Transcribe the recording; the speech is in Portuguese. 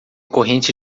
corrente